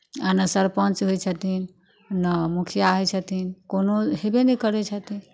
आ नहि सरपञ्च होइ छथिन नहि मुखिया होइ छथिन कोनो हेबे नहि करै छथिन